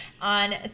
on